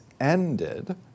ended